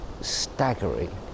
staggering